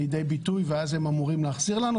ואז הם אמורים להחזיר לנו,